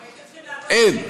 אין.